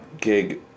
gig